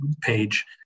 page